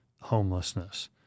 homelessness